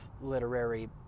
literary